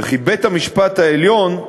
וכי בית-המשפט העליון,